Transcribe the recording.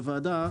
בוועדה,